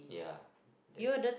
ya that's